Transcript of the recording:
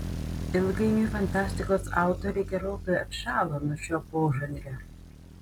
ilgainiui fantastikos autoriai gerokai atšalo nuo šio požanrio